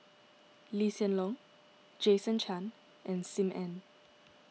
Lee Hsien Loong Jason Chan and Sim Ann